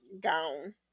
Gone